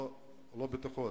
לא בטוחות,